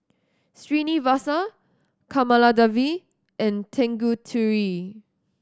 Srinivasa Kamaladevi and Tanguturi